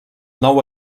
nou